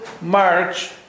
march